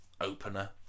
opener